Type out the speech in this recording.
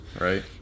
Right